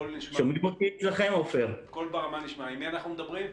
עם מי אנחנו מדברים?